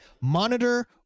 monitor